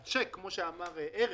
הצ'ק, כפי שאמר ארז,